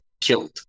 killed